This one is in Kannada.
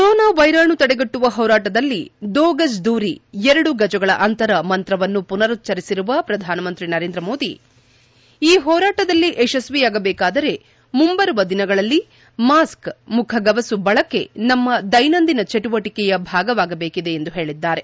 ಕೊರೊನಾ ವೈರಾಣು ತಡೆಗಟ್ಟುವ ಹೋರಾಟದಲ್ಲಿ ದೊ ಗಜ್ ದೂರಿ ಎರಡು ಗಜಗಳ ಅಂತರ ಮಂತ್ರವನ್ನು ಪುನರುಚ್ಚರಿಸಿರುವ ಶ್ರಧಾನಿಮಂತ್ರಿ ನರೇಂದ್ರ ಮೋದಿ ಈ ಹೋರಾಟದಲ್ಲಿ ಯಶಸ್ವಿಯಾಗಬೇಕಾದರೆ ಮುಂಬರುವ ದಿನಗಳಲ್ಲಿ ಮಾಸ್ಕ್ ಮುಖ ಗವಸು ಬಳಕೆ ನಮ್ನ ದೈನಂದಿನ ಚಟುವಟಕೆಯ ಭಾಗವಾಗಬೇಕಿದೆ ಎಂದು ಹೇಳದ್ದಾರೆ